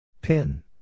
Pin